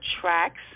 tracks